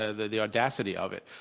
ah the the audacity of it.